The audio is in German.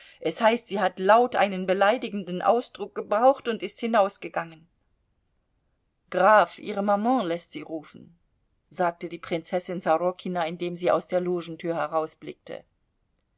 es heißt sie hat laut einen beleidigenden ausdruck gebraucht und ist hinausgegangen graf ihre maman läßt sie rufen sagte die prinzessin sorokina indem sie aus der